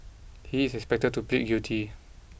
he is expected to plead guilty